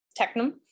technum